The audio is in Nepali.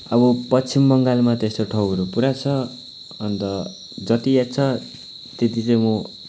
अब पश्चिम बङ्गालमा त्यस्तो ठाउँहरू पुरा छ अन्त जति याद छ त्यति चाहिँ म